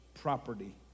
property